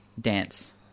dance